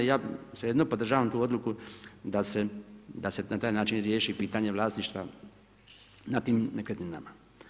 Ja svejedno podržavam tu odluku da se na taj način riješi pitanje vlasništva na tim nekretninama.